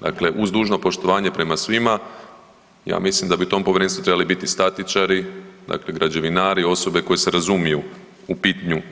Dakle, uz dužno poštovanje prema svima ja mislim da bi u tom povjerenstvu trebali biti statičari, dakle građevinari osobe se razumiju u